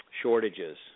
shortages